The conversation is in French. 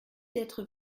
d’être